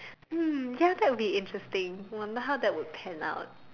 ya that would be interesting I wonder how that would pan out